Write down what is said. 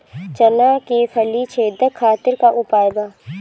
चना में फली छेदक खातिर का उपाय बा?